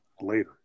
later